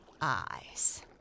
eyes